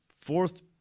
fourth